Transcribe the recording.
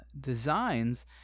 designs